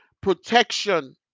protection